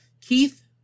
Keith